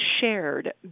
shared